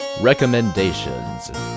recommendations